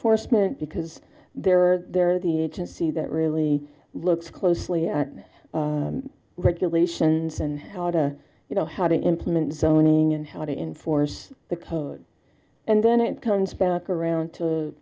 forstmann because there are there are the agency that really looks closely at regulations and how to you know how to implement zoning and how to enforce the code and then it comes back around to